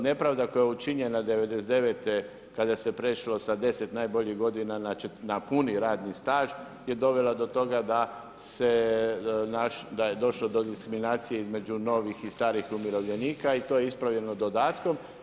Nepravda koja je učinjena '99. kada se prešlo sa 10 najboljih godina na puni radni staž je dovela do toga da je došlo do diskriminacije između novih i starih umirovljenika i to je ispravljeno dodatkom.